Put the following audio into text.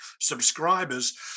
subscribers